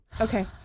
Okay